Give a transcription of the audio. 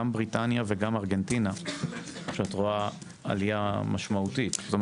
את רואה עלייה משמעותית גם